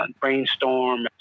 brainstorm